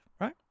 right